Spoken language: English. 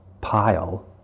pile